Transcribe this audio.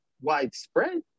widespread